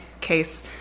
case